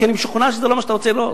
כי אני משוכנע שזה לא מה שאתה רוצה לראות.